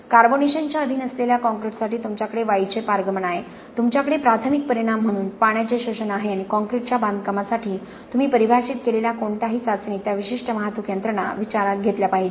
कार्बोनेशनच्या अधीन असलेल्या कॉंक्रिटसाठी तुमच्याकडे वायूचे पारगमन आहे तुमच्याकडे प्राथमिक परिणाम म्हणून पाण्याचे शोषण आहे आणि काँक्रीटच्या बांधकामासाठी तुम्ही परिभाषित केलेल्या कोणत्याही चाचणीत त्या विशिष्ट वाहतूक यंत्रणा विचारात घेतल्या पाहिजेत